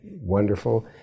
wonderful